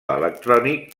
electrònic